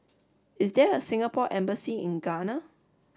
is there a Singapore embassy in Ghana